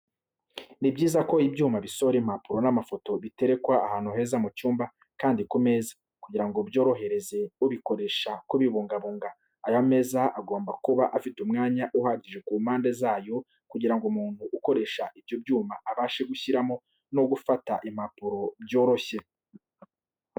Ni byiza ko ibyuma bisohora impapuro n'amafoto biterekwa ahantu heza mu cyumba kandi ku meza, kugira ngo byorohereze ubikoresha kubibungabunga. Ayo meza agomba kuba afite umwanya uhagije ku mpande zayo kugira ngo umuntu ukoresha ibyo byuma abashe gushyiramo no gufata impapuro byoroshye.